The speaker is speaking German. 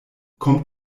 kommt